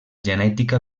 genètica